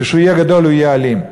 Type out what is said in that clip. כשהוא יהיה גדול הוא יהיה אלים.